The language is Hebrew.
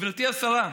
גברתי השרה,